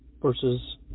versus